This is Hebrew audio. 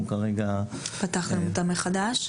פתחתם אותה מחדש?